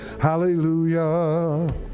Hallelujah